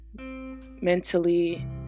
mentally